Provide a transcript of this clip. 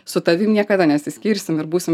su tavim niekada nesiskirsim ir būsim